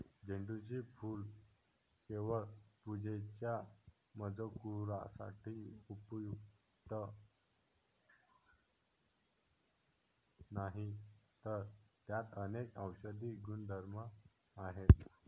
झेंडूचे फूल केवळ पूजेच्या मजकुरासाठी उपयुक्त नाही, तर त्यात अनेक औषधी गुणधर्म आहेत